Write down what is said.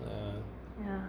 yeah